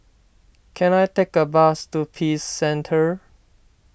can I take a bus to Peace Centre